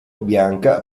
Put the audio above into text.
bianca